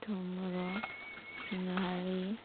ꯊꯨꯝ ꯃꯣꯔꯣꯛ ꯉꯥꯔꯤ